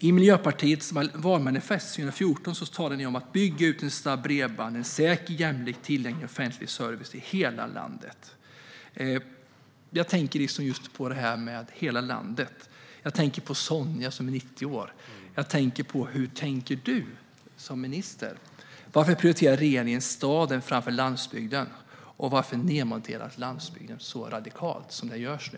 I Miljöpartiets valmanifest 2014 talade ni om att bygga ut snabbt bredband - en säker och jämlikt tillgänglig offentlig service till hela landet. Jag tänker på detta med hela landet och på Sonja, som är 90 år. Jag undrar hur du som minister tänker. Varför prioriterar regeringen staden framför landsbygden? Varför nedmonteras landsbygden så radikalt som nu sker?